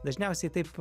dažniausiai taip